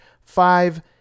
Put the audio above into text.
five